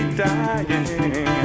dying